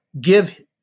give